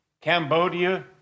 Cambodia